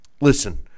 Listen